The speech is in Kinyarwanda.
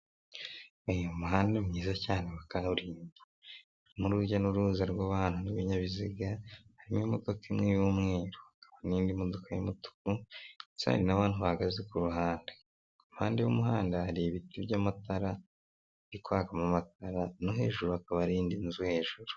Uyu ni umuhanda mwiza cyane wa kaburimbo. Harimo urujya n'uruza rw'abantu n'ibinyabiziga, harimo imodoka imwe y'umweru n'indi modoka y'umutuku ndetse hari n'abantu bahagaze ku ruhande. Impande y'umuhanda hari ibiti by'amatara biri kwakamo amatara no hejuru hakaba hari indi nzu hejuru.